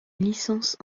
licence